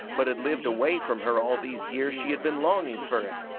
but had lived away from her all these years she had been longing fur it.